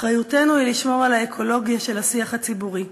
אחריותנו היא לשמור על האקולוגיה של השיח הציבורי,